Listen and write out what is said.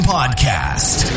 Podcast